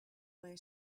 way